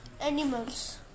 animals